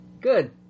Good